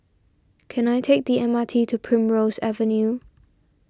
can I take the M R T to Primrose Avenue